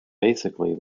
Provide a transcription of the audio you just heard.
basically